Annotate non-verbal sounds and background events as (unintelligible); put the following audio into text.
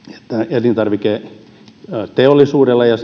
elintarviketeollisuudella ja (unintelligible)